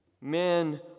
men